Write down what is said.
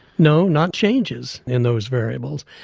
no, not changes in those variables.